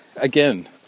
again